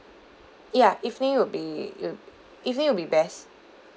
ya evening would be it'll evening would be best